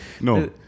no